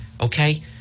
okay